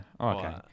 Okay